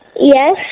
Yes